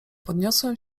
podniosłem